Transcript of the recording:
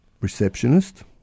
receptionist